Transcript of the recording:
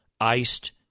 iced